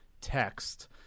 text